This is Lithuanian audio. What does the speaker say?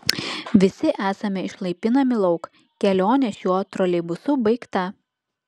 visi esame išlaipinami lauk kelionė šiuo troleibusu baigta